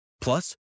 Plus